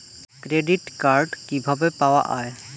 Credit card কিভাবে পাওয়া য়ায়?